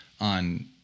on